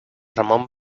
ramon